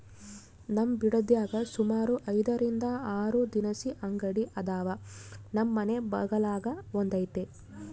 ನಮ್ ಬಿಡದ್ಯಾಗ ಸುಮಾರು ಐದರಿಂದ ಆರು ದಿನಸಿ ಅಂಗಡಿ ಅದಾವ, ನಮ್ ಮನೆ ಬಗಲಾಗ ಒಂದೈತೆ